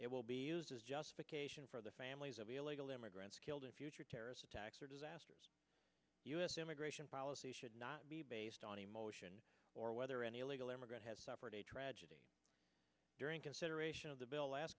it will be used as justification for the families of illegal immigrants killed in future terrorist attacks or disasters u s immigration policy should not be based on emotion or whether any illegal immigrant has suffered a tragedy during consideration of the bill last